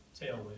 tailwind